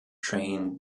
trained